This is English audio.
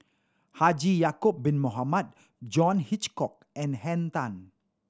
Haji Ya'acob Bin Mohamed John Hitchcock and Henn Tan